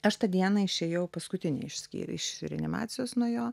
aš tą dieną išėjau paskutinė iš skyr iš reanimacijos nuo jo